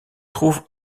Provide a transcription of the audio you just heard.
trouve